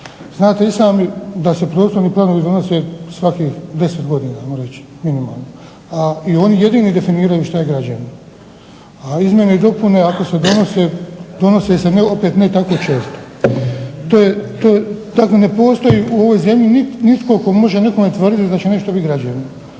Znate i sami da se prostorni planovi donose svakih 10 godina ajmo reći minimalno. A oni jedini definiraju što je građevno. A izmjene i dopune ako se donose ne donose se opet tako često. Tako ne postoji u ovoj zemlji nitko tko može nekome tvrditi da će nešto bit građevno,